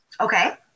okay